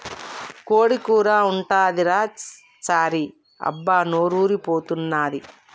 కోడి కూర ఉంటదిరా చారీ అబ్బా నోరూరి పోతన్నాది